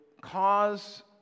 cause